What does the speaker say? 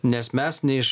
nes mes ne iš